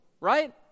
Right